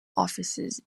offices